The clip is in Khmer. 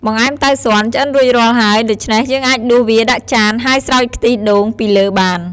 បង្អែមតៅស៊នឆ្អិនរួចរាល់ហើយ ដូច្នេះយើងអាចដួសវាដាក់ចានហើយស្រោចខ្ទិះដូងពីលើបាន។